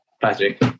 Patrick